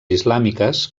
islàmiques